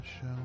show